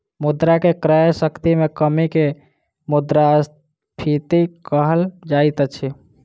मुद्रा के क्रय शक्ति में कमी के मुद्रास्फीति कहल जाइत अछि